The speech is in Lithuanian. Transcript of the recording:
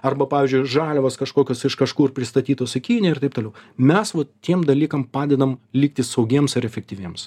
arba pavyzdžiui žaliavos kažkokios iš kažkur pristatytos į kiniją ir taip toliau mes vot tiem dalykam padedam likti saugiems ar efektyviems